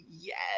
yes